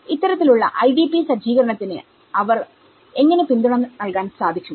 ഇത്തരത്തിലുള്ള I D P സജ്ജീകാരണത്തിന് അവർക്ക് എങ്ങനെ പിന്തുണ നൽകാൻ സാധിക്കും